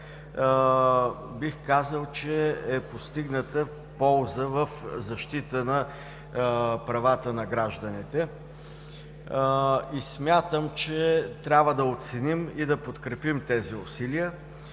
Бих казал, че е постигната полза в защита на правата на гражданите. Смятам, че трябва да оценим и подкрепим тези усилия,